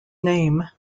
name